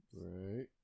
right